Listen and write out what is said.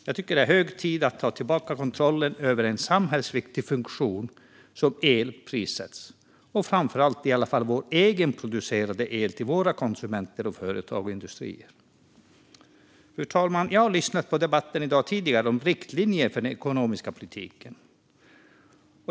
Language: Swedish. Jag tycker att det är hög tid att ta tillbaka kontrollen över en så samhällsviktig funktion som hur el prissätts - och framför allt över åtminstone vår egenproducerade el, som går till våra konsumenter, företag och industrier. Fru talman! Jag lyssnade tidigare i dag på debatten om riktlinjer för den ekonomiska politiken.